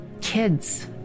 kids